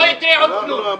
לא יקרה כלום.